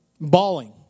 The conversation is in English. bawling